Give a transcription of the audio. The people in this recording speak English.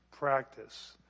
practice